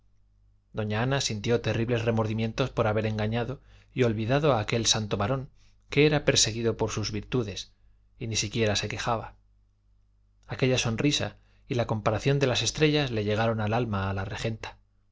doña ana sintió terribles remordimientos por haber engañado y olvidado a aquel santo varón que era perseguido por sus virtudes y ni siquiera se quejaba aquella sonrisa y la comparación de las estrellas le llegaron al alma a la regenta